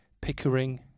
Pickering